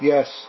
Yes